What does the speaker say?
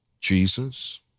Jesus